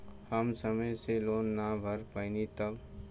हम समय से लोन ना भर पईनी तब?